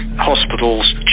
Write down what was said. Hospitals